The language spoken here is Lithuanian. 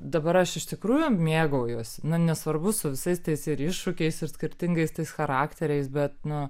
dabar aš iš tikrųjų mėgaujuosi na nesvarbu su visais tais ir iššūkiais ir skirtingais charakteriais bet nu